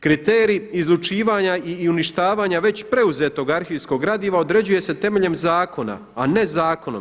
Kriterij izlučivanja i uništavanja već preuzetog arhivskog gradiva određuje se temeljem zakona, a ne zakonom.